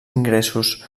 ingressos